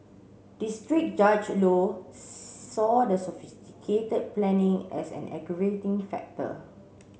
district Judge Low saw the sophisticated planning as an aggravating factor